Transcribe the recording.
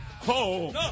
home